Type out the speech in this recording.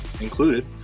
included